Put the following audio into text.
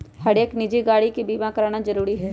हरेक निजी गाड़ी के बीमा कराना जरूरी हई